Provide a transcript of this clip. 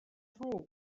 through